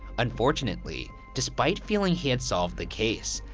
unfortunately, despite feeling he had solved the case,